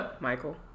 Michael